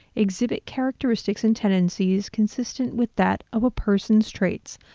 exhibit characteristics and tendencies consistent with that of a person's traits,